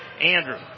Andrew